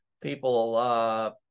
people